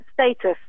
status